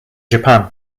japan